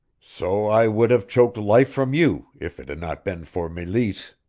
so i would have choked life from you if it had not been for meleese.